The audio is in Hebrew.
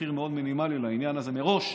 מחיר מאוד מינימלי לעניין הזה מראש,